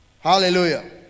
Hallelujah